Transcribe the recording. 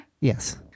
Yes